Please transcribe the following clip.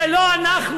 זה לא אנחנו.